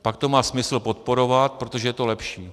Pak to má smysl podporovat, protože je to lepší...